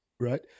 Right